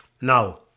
Now